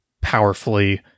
powerfully